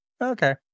Okay